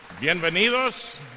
Bienvenidos